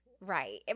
Right